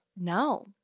No